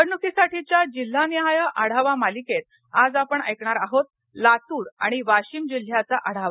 निवडणूकीसाठीच्या जिल्हानिहाय आढावा मालिकेत आज आपण ऐकणार आहोत लातूर आणि वाशीम जिल्ह्याचा आढावा